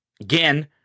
again